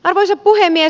arvoisa puhemies